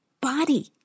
body